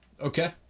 okay